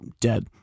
dead